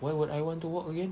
why would I want to walk again